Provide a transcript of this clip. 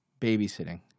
babysitting